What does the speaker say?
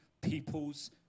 people's